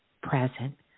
present